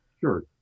sure